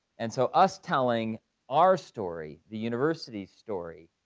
and so us telling our story, the university's story,